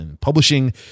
publishing